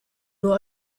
nur